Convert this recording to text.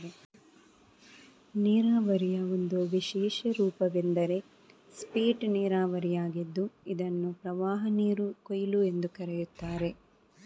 ನೀರಾವರಿಯ ಒಂದು ವಿಶೇಷ ರೂಪವೆಂದರೆ ಸ್ಪೇಟ್ ನೀರಾವರಿಯಾಗಿದ್ದು ಇದನ್ನು ಪ್ರವಾಹನೀರು ಕೊಯ್ಲು ಎಂದೂ ಕರೆಯುತ್ತಾರೆ